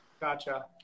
Gotcha